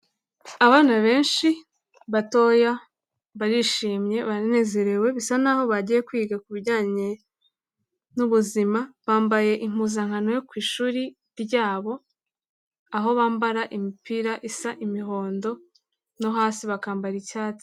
Abana benshi batoya barishimye, banaranezerewe, bisa n’aho bagiye kwiga ku bijyanye n’ubuzima, bambaye impuzankano yo ku ishuri ryabo, aho bambara imipira isa imihondo, no hasi bakambara icyatsi.